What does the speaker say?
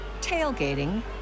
tailgating